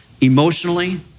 emotionally